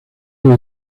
doe